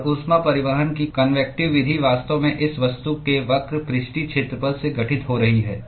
और ऊष्मा परिवहन की कन्वेक्टिव विधि वास्तव में इस वस्तु के वक्र पृष्ठीय क्षेत्रफल से घटित हो रही है